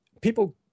People